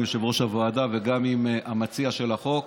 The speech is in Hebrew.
יושב-ראש הוועדה וגם עם המציע של החוק.